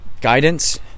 guidance